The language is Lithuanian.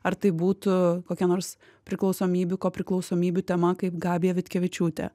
ar tai būtų kokia nors priklausomybių kopriklausomybių tema kaip gabija vitkevičiūtė